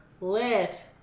Lit